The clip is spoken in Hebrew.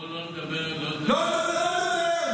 בוא לא נדבר --- לא, לא נדבר.